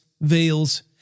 veils